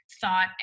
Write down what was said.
Thought